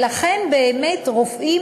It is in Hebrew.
לכן באמת רופאים,